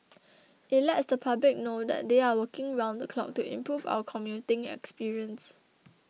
it lets the public know that they are working round the clock to improve our commuting experience